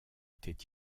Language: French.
étaient